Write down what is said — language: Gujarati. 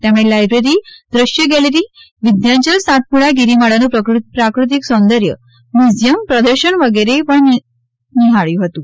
તેમણે લાઇબ્રેરી દ્રશ્ય ગેલેરી વિદ્યાંચલ સાતપુડા ગિરિમાળાનું પ્રાકૃતિક સૌંદર્ય મ્યુઝિયમ પ્રદર્શન વગેરે પણ નિહાળ્યું હતું